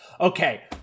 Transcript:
Okay